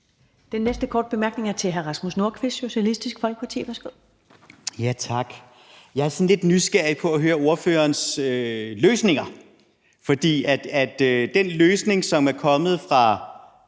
Den næste korte bemærkning er fra hr. Rasmus Nordqvist, Socialistisk Folkeparti. Værsgo. Kl. 14:04 Rasmus Nordqvist (SF): Tak. Jeg er sådan lidt nysgerrig efter at høre ordførerens løsninger. For den løsning, som er kommet fra